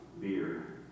Beer